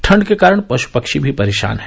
ठंड के कारण पशु पक्षी भी परेशान हैं